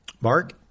Mark